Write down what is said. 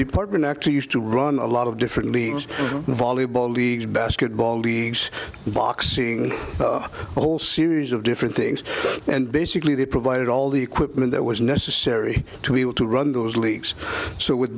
department actually used to run a lot of different leagues volleyball leagues basketball leagues boxing all series of different things and basically they provided all the equipment that was necessary to be able to run those leagues so with